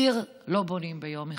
עיר לא בונים ביום אחד,